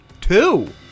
Two